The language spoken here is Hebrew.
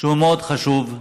שהוא מאוד חשוב,